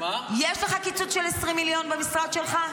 יש לך קיצוץ של 20 מיליון במשרד שלך?